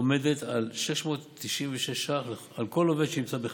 עומדת על 696 שקלים על כל עובד שנמצא בחל"ת.